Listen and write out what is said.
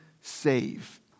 save